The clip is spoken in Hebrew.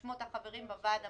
שמות החברים בוועד המנהל,